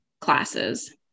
classes